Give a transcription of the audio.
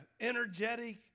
energetic